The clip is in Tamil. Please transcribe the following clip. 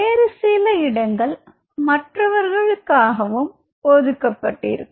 வேறு சில இடங்கள் மற்றவர்களுக்காகவும் ஒதுக்கப்பட்டிருக்கும்